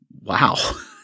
Wow